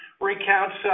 recounts